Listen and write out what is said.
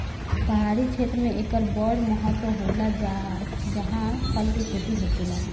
पहाड़ी क्षेत्र मे एकर बड़ महत्त्व होला जाहा फल के खेती होखेला